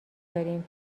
داریم